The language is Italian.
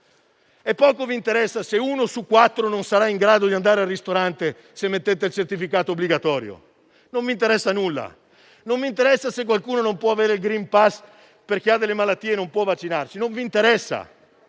Poco vi interessa se uno su quattro non sarà in grado di andare al ristorante, se mettete il certificato obbligatorio. Non vi interessa nulla; non vi interessa se qualcuno non può avere il *green pass* perché ha delle malattie e non può vaccinarsi. Non vi interessa.